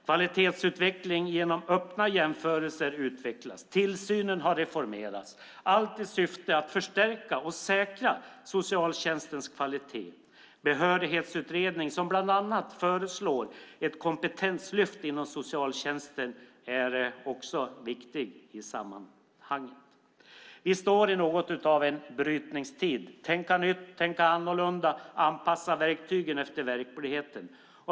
Kvalitetsutveckling genom öppna jämförelser utvecklas och tillsynen har reformerats, allt i syfte att förstärka och säkra socialtjänstens kvalitet. Behörighetsutredningen , som bland annat föreslår ett kompetenslyft inom socialtjänsten, är också viktig i sammanhanget. Vi står i något av en brytningstid. Vi behöver tänka nytt, tänka annorlunda och anpassa verktygen efter verkligheten.